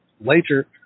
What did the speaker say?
Later